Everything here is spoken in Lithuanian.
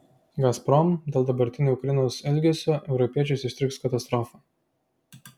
gazprom dėl dabartinio ukrainos elgesio europiečius ištiks katastrofa